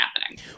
happening